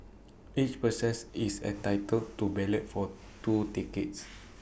each persons is entitled to ballot for two tickets